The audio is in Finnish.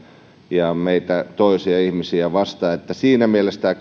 ja meitä toisia ihmisiä vastaan siinä mielessä tämä